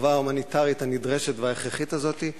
המחווה ההומניטרית הנדרשת וההכרחית הזאת,